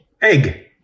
Egg